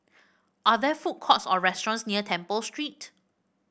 are there food courts or restaurants near Temple Street